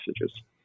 messages